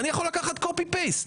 אני יכול לקחת העתק הדבק.